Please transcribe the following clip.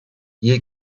hier